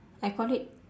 I call it